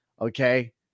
Okay